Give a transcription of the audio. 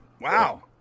Wow